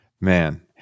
man